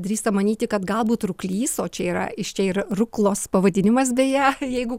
drįsta manyti kad galbūt ruklys o čia yra iš čia ir ruklos pavadinimas beje jeigu